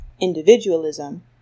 individualism